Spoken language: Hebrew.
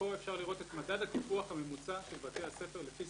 אפשר לראות את מדד הטיפוח הממוצע של בתי הספר לפי